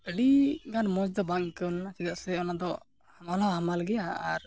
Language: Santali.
ᱟᱹᱰᱤᱜᱟᱱ ᱢᱚᱡᱽᱫᱚ ᱵᱟᱝ ᱟᱹᱭᱠᱟᱹᱣ ᱞᱮᱱᱟ ᱪᱮᱫᱟᱜ ᱥᱮ ᱚᱱᱟᱫᱚ ᱦᱟᱢᱟᱞᱦᱚᱸ ᱦᱟᱞᱢᱟᱞ ᱜᱮᱭᱟ ᱟᱨ